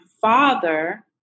father